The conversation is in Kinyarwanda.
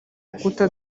rukuta